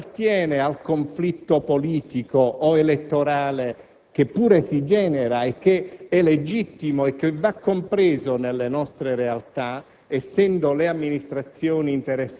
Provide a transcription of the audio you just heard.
e che quel problema non appartiene al conflitto politico o elettorale, che pure si genera e che è legittimo e va compreso nelle nostre realtà,